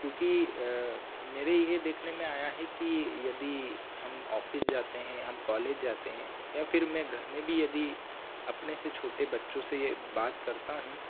क्योंकि मेरे ये देखने में आया है कि यदि हम ऑफिस जाते हैं हम कॉलेज जाते हैं या फिर मैं घर में भी यदि अपने से छोटे बच्चों से ये बात करता हूँ